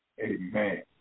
Amen